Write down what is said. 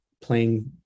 playing